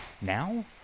Now